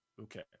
Okay